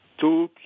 two